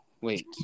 wait